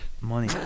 money